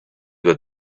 that